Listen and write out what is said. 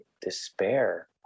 despair